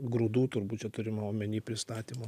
grūdų turbūt čia turima omeny pristatymo